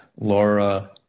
Laura